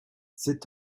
sept